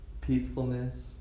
peacefulness